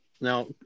Now